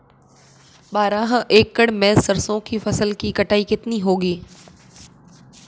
बारह एकड़ में सरसों की फसल की कटाई कितनी होगी?